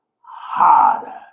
harder